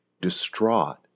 distraught